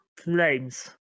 flames